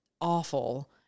awful